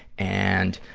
and,